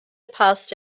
passed